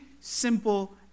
simple